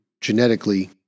genetically